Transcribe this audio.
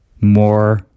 more